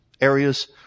areas